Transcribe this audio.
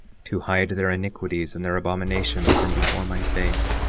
to hide their iniquities and their abominations from before my face,